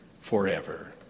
forever